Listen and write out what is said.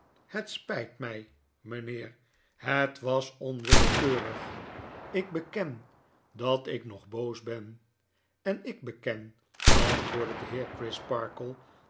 het spyt mij mynheer het was onwillekeurig ik beken dat ik nog boos ben en ik beken antwoordde de heer